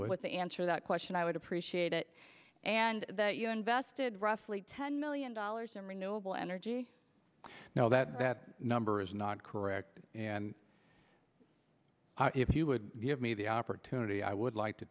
with the answer that question i would appreciate it and that you invested roughly ten million dollars in renewable energy now that that number is not correct and if you would give me the opportunity i would like to